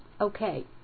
Okay